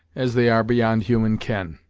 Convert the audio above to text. as they are beyond human ken.